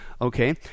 Okay